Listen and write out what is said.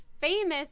famous